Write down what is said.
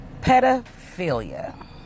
pedophilia